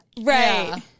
Right